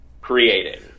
creating